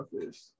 fish